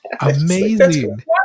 Amazing